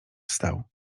wstał